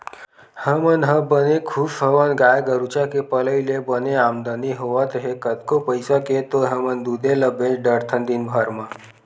हमन ह बने खुस हवन गाय गरुचा के पलई ले बने आमदानी होवत हे कतको पइसा के तो हमन दूदे ल बेंच डरथन दिनभर म